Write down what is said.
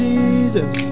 Jesus